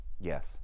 Yes